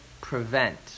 Prevent